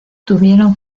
tuvieron